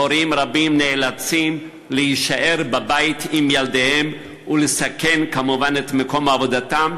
הורים רבים נאלצים להישאר בבית עם ילדיהם ולסכן את מקום עבודתם,